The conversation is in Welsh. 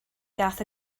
gaeth